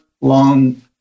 long